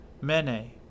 Mene